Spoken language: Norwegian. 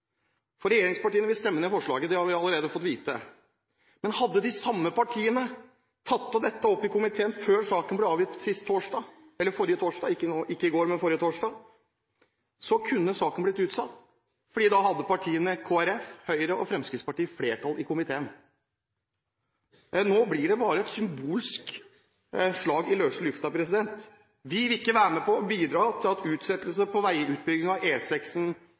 Regjeringspartiene vil stemme ned forslaget – det har vi allerede fått vite – men hadde de samme partiene tatt dette opp i komiteen før saken ble avgitt forrige torsdag, kunne saken ha blitt utsatt, for da hadde partiene Kristelig Folkeparti, Høyre og Fremskrittspartiet flertall i komiteen. Nå blir det bare et symbolsk slag i løse luften. Vi vil ikke være med på å bidra til at utsettelse av veiutbyggingen av